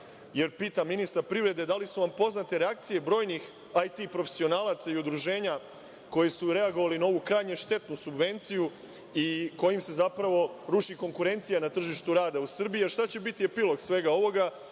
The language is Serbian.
Jer pitam ministra privrede da li su vam poznate reakcije brojnih IT profesionalaca i udruženja koji su reagovali na ovu krajnju štetnu subvenciju i kojim se zapravo ruši konkurencija na tržištu rada u Srbiji? Šta će biti epilog svega ovoga?